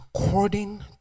according